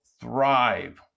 thrive